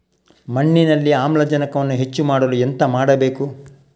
ಮಣ್ಣಿನಲ್ಲಿ ಆಮ್ಲಜನಕವನ್ನು ಹೆಚ್ಚು ಮಾಡಲು ಎಂತ ಮಾಡಬೇಕು?